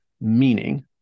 meaning